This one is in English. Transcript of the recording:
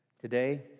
today